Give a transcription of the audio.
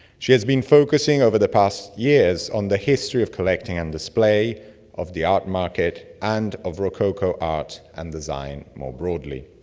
she has been focusing over the past years on the history of collecting and display of the art market and of rococo art and design more broadly.